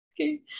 Okay